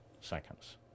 seconds